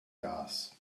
gas